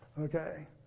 okay